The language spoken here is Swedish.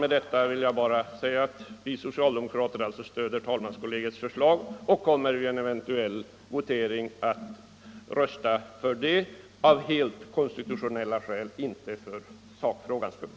Med detta vill jag bara säga att vi socialdemokrater alltså stöder talmanskonferensens förslag och vid en eventuell votering kommer att rösta för det av konstitutionella skäl — inte för sakfrågans skull.